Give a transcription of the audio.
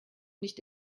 nicht